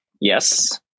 yes